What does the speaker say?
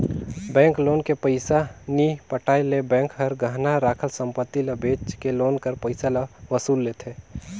bank loan के पइसा नी पटाए ले बेंक हर गहना राखल संपत्ति ल बेंच के लोन कर पइसा ल वसूल लेथे